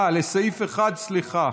אה, לסעיף 1, סליחה.